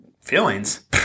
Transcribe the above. feelings